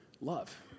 love